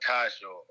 Tasha